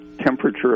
temperature